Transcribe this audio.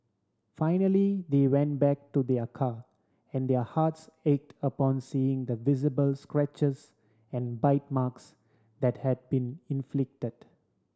finally they went back to their car and their hearts ached upon seeing the visible scratches and bite marks that had been inflicted